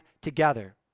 together